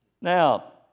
Now